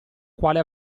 quale